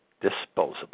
disposable